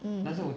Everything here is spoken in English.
mm